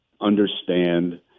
understand